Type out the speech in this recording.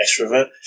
extrovert